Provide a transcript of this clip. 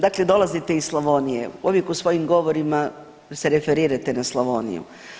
Dakle, dolazite iz Slavonije, uvijek u svojim govorima se referirate na Slavoniju.